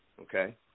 okay